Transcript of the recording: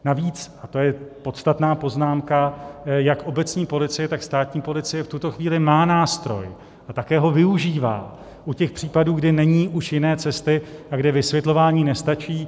Navíc a to je podstatná poznámka jak obecní policie, tak státní policie v tuto chvíli má nástroj a také ho využívá u těch případů, kde není už jiné cesty a kde vysvětlování nestačí.